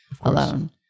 alone